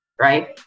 right